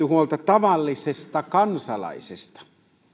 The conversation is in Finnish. huolta tavallisesta kansalaisesta